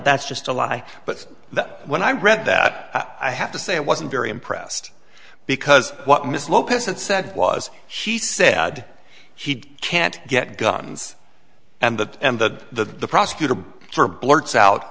that's just a lie but that when i read that i have to say it wasn't very impressed because what miss lopez it said was she said he can't get guns and that and the prosecutor for blurts out